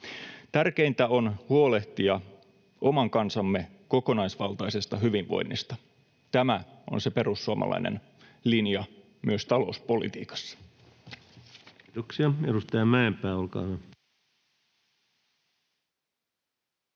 Tärkeintä on huolehtia oman kansamme kokonaisvaltaisesta hyvinvoinnista. Tämä on se perussuomalainen linja myös talouspolitiikassa. [Speech 172] Speaker: